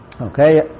Okay